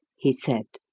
he said.